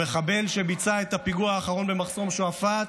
המחבל שביצע את הפיגוע האחרון במחסום שועפאט",